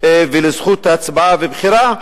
וזכות ההצבעה והבחירה,